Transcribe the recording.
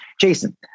Jason